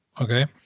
Okay